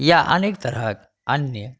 या अनेक तरहक अन्य